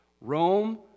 Rome